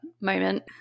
moment